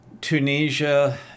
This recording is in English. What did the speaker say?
Tunisia